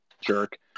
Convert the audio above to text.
jerk